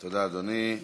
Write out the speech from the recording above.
תודה, אדוני.